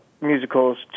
musicals